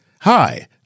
Hi